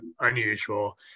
unusual